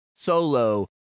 solo